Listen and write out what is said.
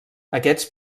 aquests